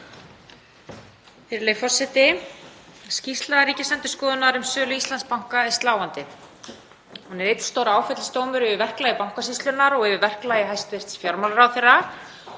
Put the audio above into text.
Virðulegi forseti. Skýrsla Ríkisendurskoðunar um sölu Íslandsbanka er sláandi. Hún er einn stór áfellisdómur yfir verklagi Bankasýslunnar og yfir verklagi hæstv. fjármálaráðherra.